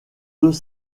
deux